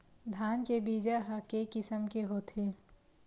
धान के बीजा ह के किसम के होथे?